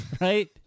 right